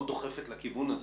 מאוד דוחפת לכיוון הזה.